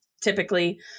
typically